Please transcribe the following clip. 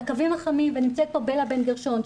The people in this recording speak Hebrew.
לקווים החמים ונמצאת פה בלה בן גרשון,